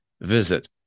Visit